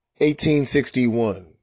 1861